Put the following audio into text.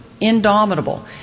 indomitable